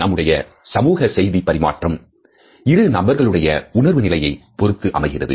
நம்முடைய சமூக செய்தி பரிமாற்றம் இரு நபர்களுடைய உணர்வு நிலையை பொறுத்து அமைகிறது